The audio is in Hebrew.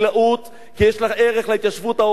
כי יש לה ערך לחקלאות,